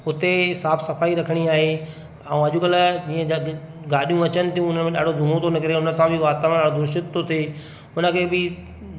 हुते साफ़ सफ़ाई रखणी आहे ऐं अॼकल जीअं जग गाॾियूं अचन थियूं उन में ॾाढो धुओ थो निकिरे उन सां बि वातावरण अदूषित थो थिए उन खे बि